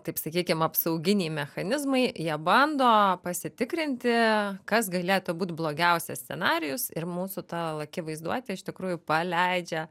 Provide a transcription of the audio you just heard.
taip sakykim apsauginiai mechanizmai jie bando pasitikrinti kas galėtų būt blogiausias scenarijus ir mūsų ta laki vaizduotė iš tikrųjų paleidžia